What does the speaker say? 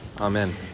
Amen